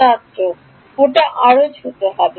ছাত্র ওটা আরও ছোট হবে